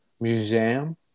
Museum